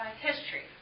history